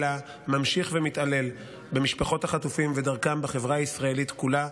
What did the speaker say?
אלא ממשיך ומתעלל במשפחות החטופים ודרכם בחברה הישראלית כולה,